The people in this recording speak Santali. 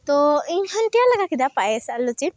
ᱛᱚ ᱤᱧᱦᱚᱸᱧ ᱛᱮᱭᱟᱨ ᱞᱮᱜᱟᱠᱮᱫᱟ ᱯᱟᱭᱮᱥ ᱟᱨ ᱞᱩᱪᱤ